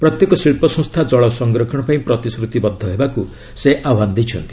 ପ୍ରତ୍ୟେକ ଶିଳ୍ପ ସଂସ୍ଥା ଜଳ ସଂରକ୍ଷଣ ପାଇଁ ପ୍ରତିଶ୍ରତି ବଦ୍ଧ ହେବାକୁ ସେ ଆହ୍ୱାନ ଦେଇଛନ୍ତି